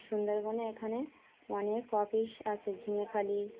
সুন্দরবনে এখানে অনেক অফিস আসছে ঝিঙেখালি